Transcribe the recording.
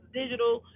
digital